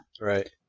Right